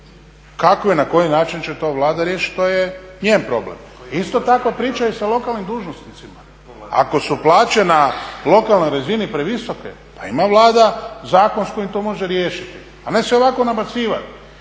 Kako i na koji način će to Vlada riješiti to je njen problem. Isto tako priča i sa lokalnim dužnosnicima. Ako su plaće na lokalnoj razini previsoke pa ima Vlada zakon s kojim to može riješiti, a ne se ovako nabacivati.